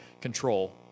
control